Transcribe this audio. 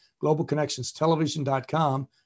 globalconnectionstelevision.com